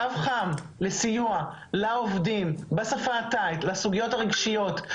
קו חם לסיוע לעובדים בשפה התאית לסוגיות הרגשיות.